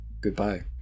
goodbye